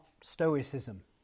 Stoicism